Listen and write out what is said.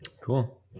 cool